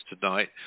tonight